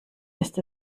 ist